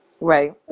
right